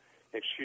Excuse